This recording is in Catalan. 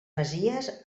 masies